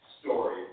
story